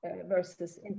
versus